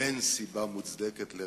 ואין סיבה מוצדקת לרצח.